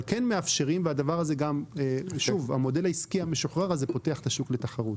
אבל המודל העסקי המשוחרר הזה פותח את השוק לתחרות.